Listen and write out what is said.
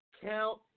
count